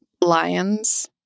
lions